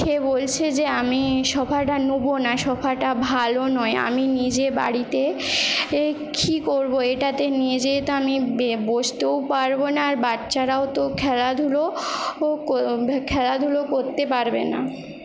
সে বলছে যে আমি সোফাটা নেব না সোফাটা ভালো নয় আমি নিজে বাড়িতে এ কী করব এটাতে নিজেই তো আমি বসতেও পারব না আর বাচ্চারাও তো খেলাধুলো ও ক খেলাধুলো করতে পারবে না